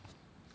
orh